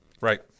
Right